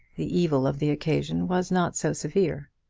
the evil of the occasion was not so severe.